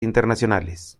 internacionales